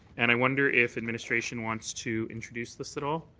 and i wonder if administration wants to introduce this at all.